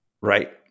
right